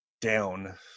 down